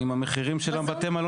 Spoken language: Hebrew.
לא.